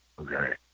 okay